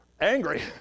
angry